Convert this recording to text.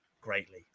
greatly